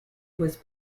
was